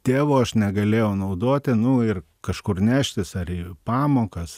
tėvo aš negalėjau naudoti nu ir kažkur neštis ar į pamokas